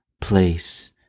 place